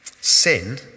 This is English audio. sin